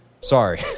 Sorry